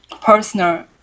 personal